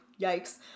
Yikes